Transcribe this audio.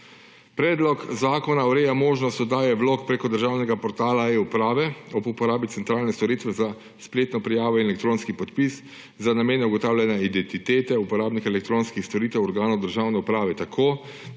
Predlog zakona ureja možnost oddaje vlog prek državnega portala eUprava ob uporabi centralne storitve za spletno prijavo in elektronski podpis za namene ugotavljanja identitete uporabnika elektronskih storitev, organov državne uprave tako,